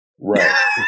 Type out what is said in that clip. Right